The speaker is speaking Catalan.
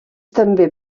també